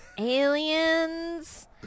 aliens